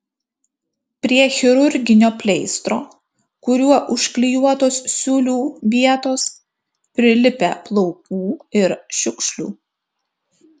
prie chirurginio pleistro kuriuo užklijuotos siūlių vietos prilipę plaukų ir šiukšlių